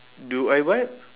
do I what